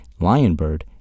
Lionbird